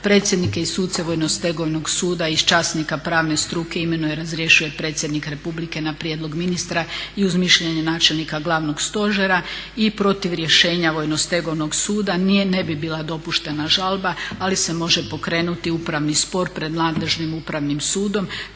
Predsjednike i suce vojno-stegovnog suda i časnika pravne struke imenuje i razrješuje predsjednik Republike na prijedlog ministra i uz mišljenje načelnika Glavnog stožera i protiv rješenja vojno-stegovnog suda. Ne bi bila dopuštena žalba, ali se može pokrenuti upravni spor pred nadležnim Upravnim sudom,